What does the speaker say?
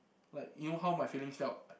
like you know how my feelings felt